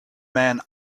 man